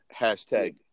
Hashtag